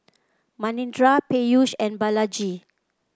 Manindra Peyush and Balaji